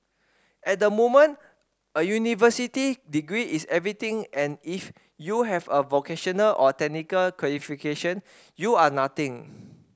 at the moment a university degree is everything and if you have a vocational or technical qualification you are nothing